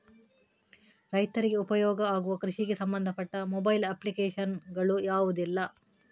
ರೈತರಿಗೆ ಉಪಯೋಗ ಆಗುವ ಕೃಷಿಗೆ ಸಂಬಂಧಪಟ್ಟ ಮೊಬೈಲ್ ಅಪ್ಲಿಕೇಶನ್ ಗಳು ಯಾವುದೆಲ್ಲ?